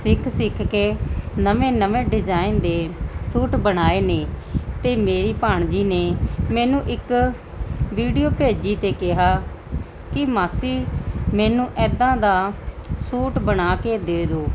ਸਿੱਖ ਸਿੱਖ ਕੇ ਨਵੇਂ ਨਵੇਂ ਡਿਜ਼ਾਇਨ ਦੇ ਸੂਟ ਬਣਾਏ ਨੇ ਅਤੇ ਮੇਰੀ ਭਾਣਜੀ ਨੇ ਮੈਨੂੰ ਇੱਕ ਵੀਡੀਓ ਭੇਜੀ ਅਤੇ ਕਿਹਾ ਕਿ ਮਾਸੀ ਮੈਨੂੰ ਇੱਦਾਂ ਦਾ ਸੂਟ ਬਣਾ ਕੇ ਦੇ ਦਿਉ